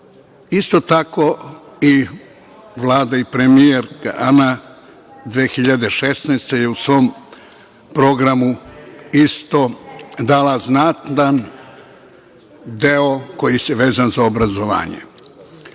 tako, i Vlada i premijerka Ana 2016. godine je u svom programu isto dala znatan deo koji se vezuje za obrazovanje.